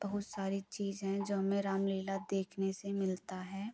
बहुत सारी चीज हैं जो हमें रामलीला देखने से मिलता है